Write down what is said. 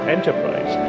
Enterprise